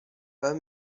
pas